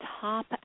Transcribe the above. top